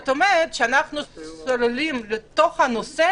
זאת אומרת שאנחנו צוללים לתוך הנושא